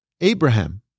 Abraham